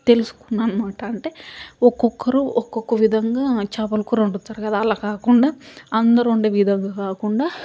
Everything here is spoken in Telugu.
తెలుసుకున్నాను అనమాట అంటే ఒక్కొక్కరు ఒక్కొక్క విధంగా చేపలకూర వండుతారు కదా అలా కాకుండా అందరూ వండే విధంగా కాకుండా